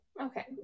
Okay